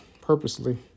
purposely